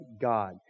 God